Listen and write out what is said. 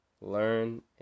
learn